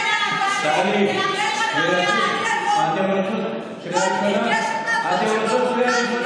נאשר כאן את התשתית להקמת הממשלה ונביא את מדינת ישראל לשחר של יום חדש.